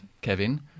Kevin